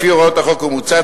לפי הוראת החוק המוצע,